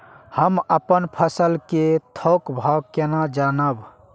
हम अपन फसल कै थौक भाव केना जानब?